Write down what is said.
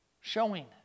Showing